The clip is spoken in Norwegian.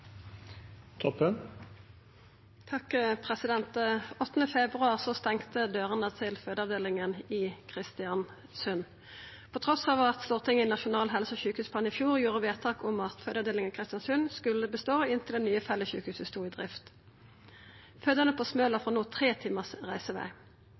februar stengde dørene til fødeavdelinga i Kristiansund, trass i at Stortinget i Nasjonal helse- og sjukehusplan i fjor gjorde vedtak om at fødeavdelinga i Kristiansund skulle bestå inntil det nye fellessjukehuset var i drift. Dei fødande på Smøla